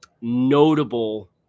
notable